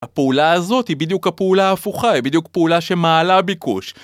הפעולה הזאת היא בדיוק הפעולה ההפוכה, היא בדיוק פעולה שמעלה ביקוש.